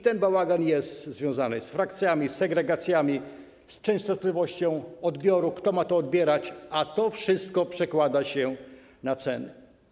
Ten bałagan jest związany z frakcjami, z segregacjami, z częstotliwością odbioru, z tym, kto ma to odbierać, a to wszystko przekłada się na ceny.